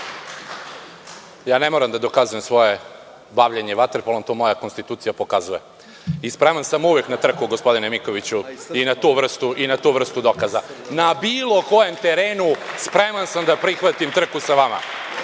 Ne moram da dokazujem svoje bavljenje vaterpolom, to moja konstitucija pokazuje. Spreman sam uvek na trku, gospodine Mikoviću, i na tu vrstu dokaza. Na bilo kojem terenu spreman sam da prihvatim trku sa vama.